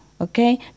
Okay